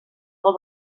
del